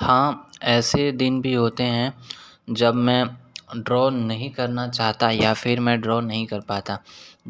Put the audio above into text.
हाँ ऐसे दिन भी होते हैं जब मैं ड्रॉ नहीं करना चाहता या फिर मैं ड्रॉ नहीं कर पाता